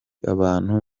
abantu